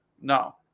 No